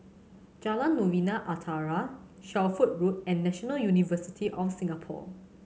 Jalan Novena Utara Shelford Road and National University of Singapore